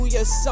Yes